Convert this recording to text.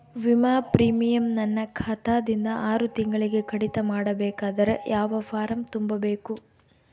ವಿಮಾ ಪ್ರೀಮಿಯಂ ನನ್ನ ಖಾತಾ ದಿಂದ ಆರು ತಿಂಗಳಗೆ ಕಡಿತ ಮಾಡಬೇಕಾದರೆ ಯಾವ ಫಾರಂ ತುಂಬಬೇಕು?